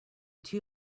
two